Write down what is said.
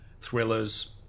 thrillers